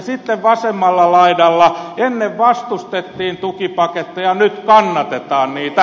sitten vasemmalla laidalla ennen vastustettiin tukipaketteja nyt kannatetaan niitä